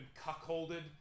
cuckolded